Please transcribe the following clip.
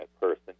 person